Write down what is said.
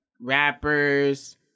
rappers